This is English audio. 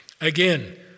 Again